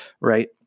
Right